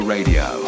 Radio